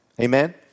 Amen